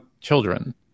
children